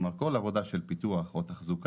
כלומר, כל עבודה של פיתוח ותחזוקה